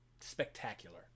spectacular